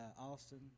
Austin